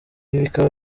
bikaba